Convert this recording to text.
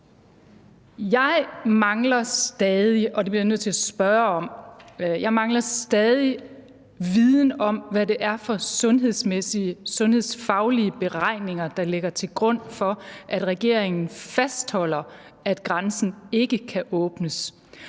at spørge om – viden om, hvad det er for sundhedsmæssige, sundhedsfaglige beregninger, der ligger til grund for, at regeringen fastholder, at grænsen ikke kan åbnes.